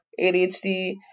ADHD